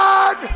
God